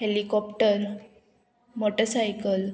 helicopter motor cycle